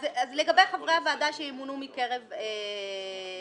לגבי חברי הוועדה שימונו מקרב הציבור,